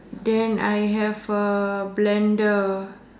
then I have a blender